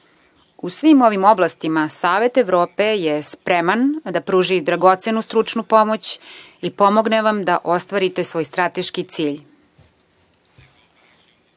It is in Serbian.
svim ovim oblastima Savet Evrope je spreman da pruži dragocenu stručnu pomoć i pomogne vam da ostvarite svoj strateški